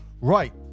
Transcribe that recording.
Right